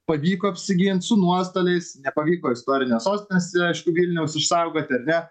pavyko apsigint su nuostoliais nepavyko istorinės sostinės aišku vilniaus išsaugoti ar ne